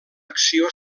acció